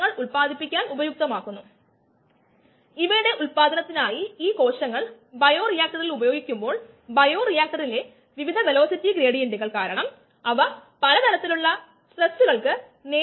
enzyme substrate കോംപ്ലക്സിന്റെ ഉത്പാദന നിരക്ക് നമ്മൾ ഇവിടെ അതിൽ ശ്രദ്ധ കേന്ദ്രീകരിക്കാൻ പോകുന്നു പക്ഷെ k 1 enzyme concentration and substrate volume